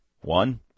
One